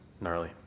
Gnarly